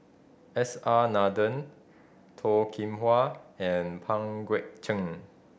S R Nathan Toh Kim Hwa and Pang Guek Cheng